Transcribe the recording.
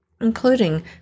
including